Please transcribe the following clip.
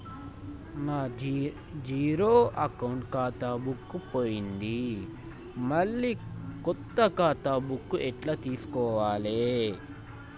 నా zero account ఖాతా book పోయింది మళ్ళా కొత్త ఖాతా బుక్కు ఎట్ల తీసుకోవాలే?